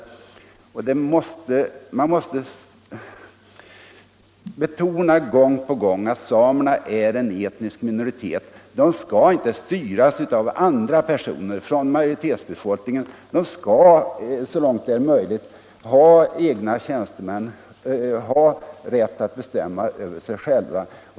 Man måste betona gång på gång att samerna är en etnisk minoritet. De skall inte i allt och allo styras av andra personer från majoritetsbefolkningen. De skall, så långt möjligt, ha egna tjänstemän, ha rätt att bestämma över sig själva.